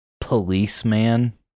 policeman